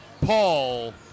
Paul